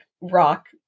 rock